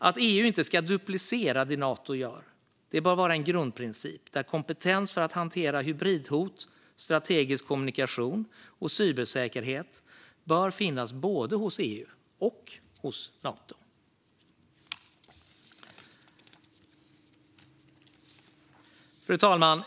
Att EU inte ska duplicera det Nato gör bör vara en grundprincip, där kompetens för att hantera hybridhot, strategisk kommunikation och cybersäkerhet bör finnas både hos EU och hos Nato. Fru talman!